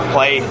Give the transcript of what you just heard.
Play